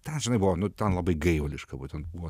ten žinai buvo nu ten labai gaivališka buvo ten buvo